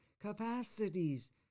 capacities